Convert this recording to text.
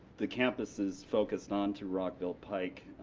the campus is focused onto rockville pike,